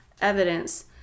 evidence